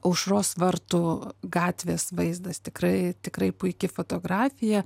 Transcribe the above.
aušros vartų gatvės vaizdas tikrai tikrai puiki fotografija